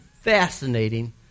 fascinating